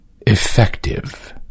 effective